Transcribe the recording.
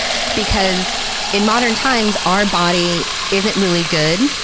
because in modern times our body isn't really good.